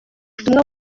ubutumwa